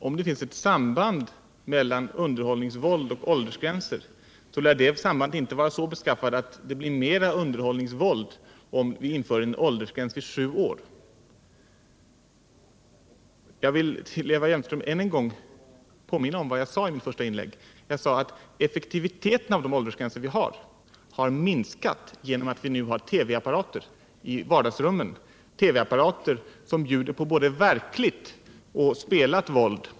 Herr talman! Om det finns ett samband mellan underhållningsvåld och åldersgränser lär det sambandet inte vara så beskaffat att det blir mera underhållningsvåld om vi inför en åldersgräns vid sju år. Jag vill än en gång påminna Eva Hjelmström om vad jag sade i mitt första inlägg: Effektiviteten av de åldersgränser som finns har minskat genom att vi nu har TV-apparater i vardagsrummen — TV-apparater som bjuder på både verkligt och spelat våld.